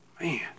Man